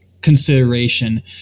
consideration